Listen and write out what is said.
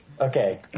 Okay